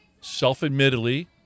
self-admittedly